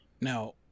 Now